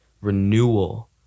renewal